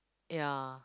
ya